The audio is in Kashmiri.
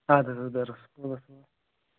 اَدٕ حظ اَدٕ حظ بیٚہہ رۅبس حوال